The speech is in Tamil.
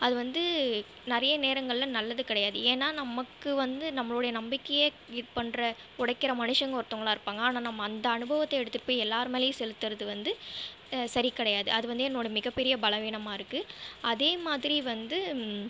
அது வந்து நிறைய நேரங்களில் நல்லது கிடையாது ஏன்னா நமக்கு வந்து நம்மளோடைய நம்பிக்கையை இது பண்ணுற உடைக்கற மனுஷங்க ஒருத்தங்களா இருப்பாங்க ஆனால் நம்ம அந்த அனுபவத்தை எடுத்துகிட்டு போய் எல்லார்மேலேயும் செலுத்துவது வந்து சரி கிடையாது அது வந்து என்னோடய மிகப்பெரிய பலவீனமாக இருக்குது அதே மாதிரி வந்து